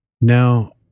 Now